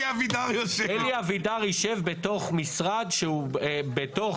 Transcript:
אלי אבידר יישב בתוך משרד שהוא בתוך